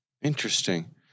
Interesting